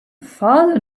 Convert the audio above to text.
father